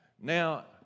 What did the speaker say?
Now